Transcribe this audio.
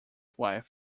wife